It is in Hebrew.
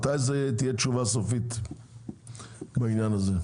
מתי תהיה תשובה סופית בעניין הזה?